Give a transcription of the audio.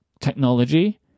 technology